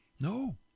No